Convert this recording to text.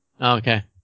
Okay